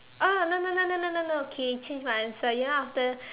oh no no no no no okay change my answer you know after